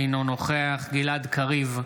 אינו נוכח גלעד קריב,